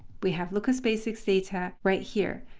we have lucas basics' data right here.